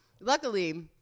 Luckily